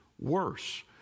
worse